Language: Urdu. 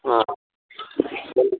ہاں